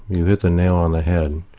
you hit the nail on the head.